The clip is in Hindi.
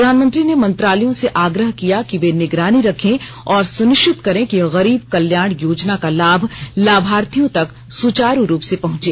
प्रधानमंत्री ने मंत्रालयों से आग्रह किया कि वे निगरानी रखें और सुनिश्चित करें कि गरीब कल्याण योजना का लाभ लाभार्थियों तक सुचारू रूप से पहुंचे